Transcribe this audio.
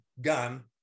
gun